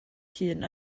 llun